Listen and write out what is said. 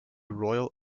royal